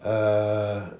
err